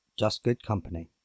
justgoodcompany